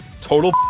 total